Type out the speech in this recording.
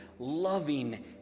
loving